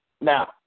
Now